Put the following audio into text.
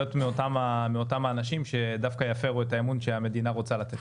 מאותם האנשים שדווקא יפרו את האמון שהמדינה רוצה לתת.